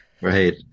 Right